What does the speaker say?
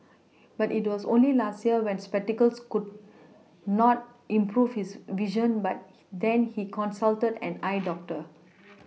but it was only last year when spectacles could not improve his vision but then he consulted an eye doctor